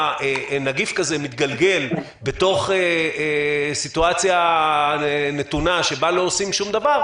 נגיף כזה מתגלגל בתוך סיטואציה נתונה שבה לא עושים שום דבר,